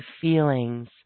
feelings